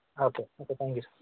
okay okay thank you sir